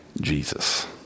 Jesus